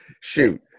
Shoot